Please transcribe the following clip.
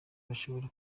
bashobora